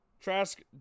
Trask